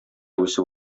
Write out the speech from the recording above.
үсеп